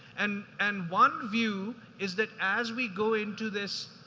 and and one view is that as we go into this